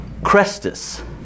Crestus